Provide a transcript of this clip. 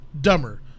dumber